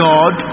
God